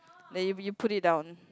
then you you put it down